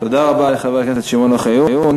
תודה רבה לחבר הכנסת שמעון אוחיון.